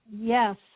Yes